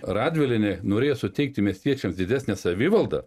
radvilienė norėjo suteikti miestiečiams didesnę savivaldą